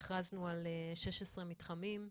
והכרזנו על 16 מתחמים.